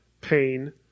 pain